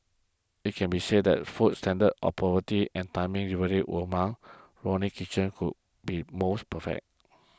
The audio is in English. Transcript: it can be said that food standard affordability and timing delivery Ronnie Kitchen who be more perfect